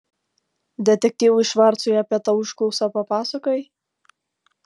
detektyvui švarcui apie tą užklausą papasakojai